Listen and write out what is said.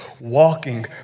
walking